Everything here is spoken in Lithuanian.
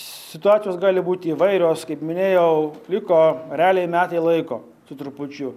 situacijos gali būti įvairios kaip minėjau liko realiai metai laiko su trupučiu